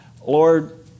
Lord